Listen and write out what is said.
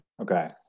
Okay